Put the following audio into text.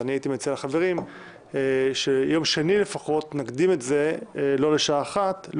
הייתי מציע לחברים שביום שני לפחות נקדים את פתיחת המליאה,